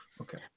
Okay